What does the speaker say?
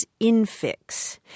infix